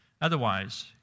Otherwise